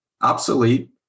Obsolete